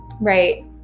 Right